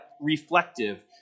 reflective